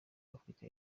afurika